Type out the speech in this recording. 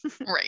right